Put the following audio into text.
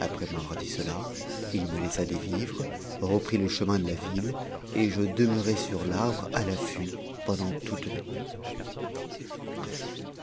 après m'avoir dit cela il me laissa des vivres reprit le chemin de la ville et je demeurai sur l'arbre à l'août p toute la nuit